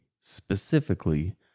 specifically